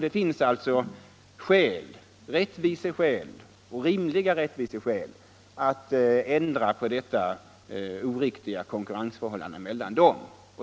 Det finns alltså rimliga rättviseskäl att ändra på detta oriktiga konkurrensförhållande.